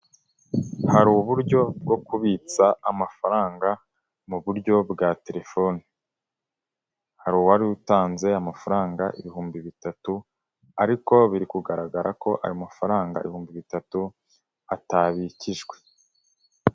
Hari uburyo bwo kubitsa amafaranga mu buryo bwa telefoni, hari uwari utanze amafaranga ibihumbi bitatu, ariko biri kugaragara ko ayo mafaranga ibihumbi bitatu atabikijwe.